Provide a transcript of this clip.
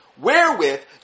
wherewith